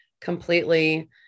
completely